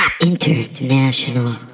International